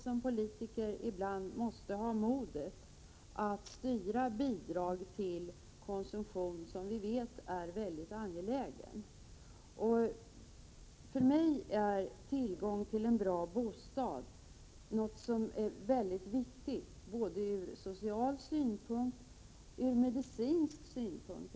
Som politiker måste vi ha modet att styra bidrag till sådan konsumtion som vi vet är angelägen. För mig är tillgång tillen bra bostad något mycket viktigt både ur social och medicinsk synpunkt.